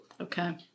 Okay